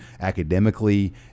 academically